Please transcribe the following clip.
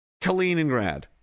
Kaliningrad